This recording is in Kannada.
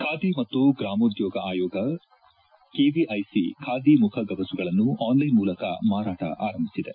ಖಾದಿ ಮತ್ತು ಗ್ರಾಮೋದ್ಲೋಗ ಆಯೋಗ ಕೆವಿಐಸಿ ಖಾದಿ ಮುಖಗವಸುಗಳನ್ನು ಆನ್ಲೈನ್ ಮೂಲಕ ಮಾರಾಟ ಆರಂಭಿಸಿದೆ